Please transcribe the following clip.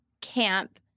camp